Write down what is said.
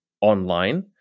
online